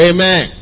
Amen